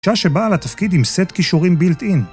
שעה שבאה לתפקיד עם סט כישורים בילט-אין.